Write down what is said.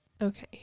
okay